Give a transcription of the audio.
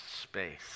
space